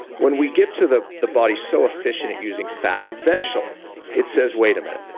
when we get to the the body's so efficient at using fat, eventually it says, wait a minute.